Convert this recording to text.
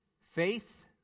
Faith